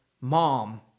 mom